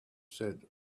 said